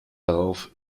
darauf